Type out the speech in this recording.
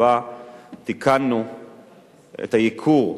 שבה תיקנו את הייקור,